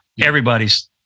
everybody's